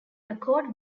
accord